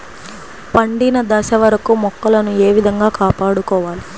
పండిన దశ వరకు మొక్కలను ఏ విధంగా కాపాడుకోవాలి?